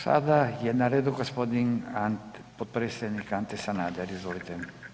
Sada je na redu g. potpredsjednik Ante Sanader, izvolite.